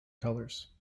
colors